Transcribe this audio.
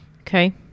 Okay